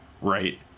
right